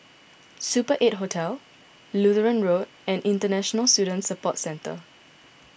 Super eight Hotel Lutheran Road and International Student Support Centre